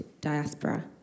diaspora